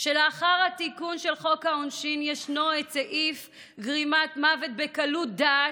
שלאחר התיקון של חוק העונשין ישנו סעיף גרימת מוות בקלות דעת,